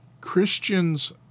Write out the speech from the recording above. Christians